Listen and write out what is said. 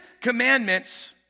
commandments